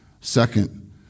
Second